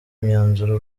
imyanzuro